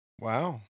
Wow